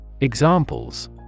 Examples